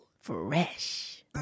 Fresh